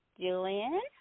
Julian